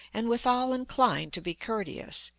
and withal inclined to be courteous,